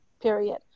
period